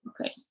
okay